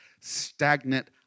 stagnant